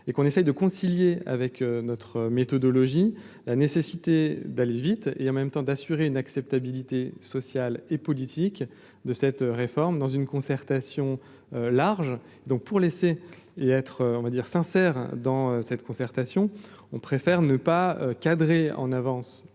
et qu'on essaye de concilier avec notre méthodologie la nécessité d'aller vite et en même temps, d'assurer une acceptabilité sociale et politique de cette réforme dans une concertation large donc pour laisser et être on va dire sincères dans cette concertation, on préfère ne pas cadrer en avance